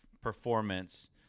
performance